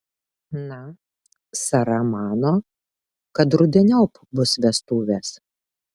na sara mano kad rudeniop bus vestuvės